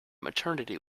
maternity